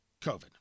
COVID